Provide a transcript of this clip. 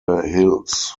hills